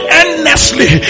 endlessly